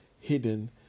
hidden